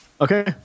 Okay